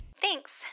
Thanks